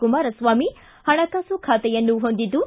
ಕುಮಾರಸ್ವಾಮಿ ಹಣಕಾಸು ಖಾತೆಯನ್ನು ಹೊಂದಿದ್ದು